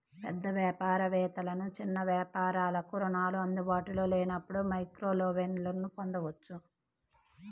పేద వ్యాపార వేత్తలకు, చిన్న వ్యాపారాలకు రుణాలు అందుబాటులో లేనప్పుడు మైక్రోలోన్లను పొందొచ్చు